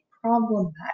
problematic